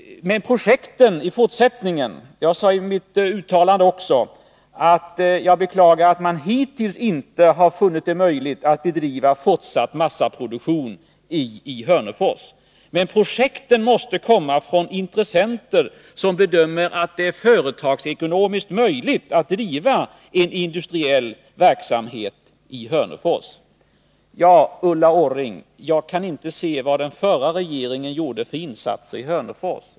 I mitt uttalande sade jag också att jag beklagade att man dittills inte funnit det möjligt att bedriva fortsatt massaproduktion i Hörnefors. Men projekten måste i fortsättningen komma från intressenter som bedömer att det är företagsekonomiskt möjligt att driva en industriell verksamhet i Hörnefors. Så till Ulla Orring: Jag kan inte se att den förra regeringen gjorde några insatser i Hörnefors.